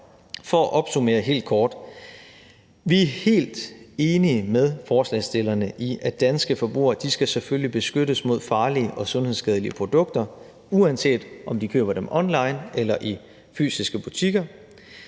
For at opsummere helt kort: Vi er helt enige med forslagsstillerne i, at danske forbrugere selvfølgelige skal beskyttes mod farlige og sundhedsskadelige produkter, uanset om de køber dem online eller i fysiske butikker.